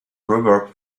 proverb